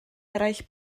eraill